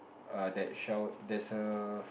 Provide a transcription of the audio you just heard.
err that shell there's a